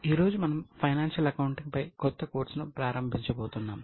ఈరోజు మనం financial accounting పై కొత్త కోర్సును ప్రారంభించబోతున్నాం